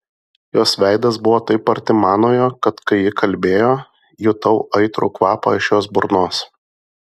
jos veidas buvo taip arti manojo kad kai ji kalbėjo jutau aitrų kvapą iš jos burnos